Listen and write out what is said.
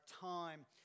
time